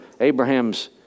Abraham's